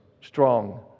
strong